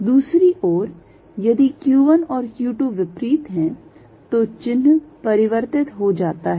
दूसरी ओर यदि q1 और q2 विपरीत हैं तो चिन्ह परिवर्तित हो जाता है